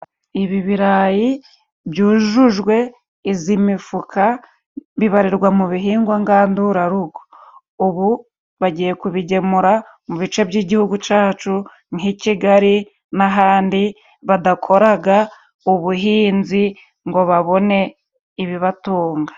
Ibi birarayi byujujwe izi mifuka bibarirwa mu bihingwa ngandurarugo, ubu bagiye kubigemura mu bice by'igihugu cacu nk'i Kigali n'ahandi badakoraga ubuhinzi ngo babone ibibatunga.